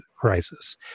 crisis